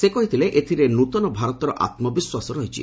ସେ କହିଥିଲେ ଏଥିରେ ନୂଆ ଭାରତର ଆତ୍ମବିଶ୍ୱାସ ରହିଛି